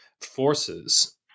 forces